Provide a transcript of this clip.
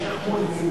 של שיח'-מוניס.